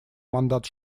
мандат